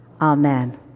Amen